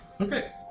Okay